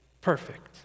perfect